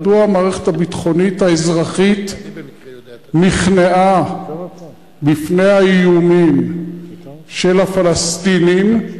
מדוע המערכת הביטחונית האזרחית נכנעה בפני האיומים של הפלסטינים,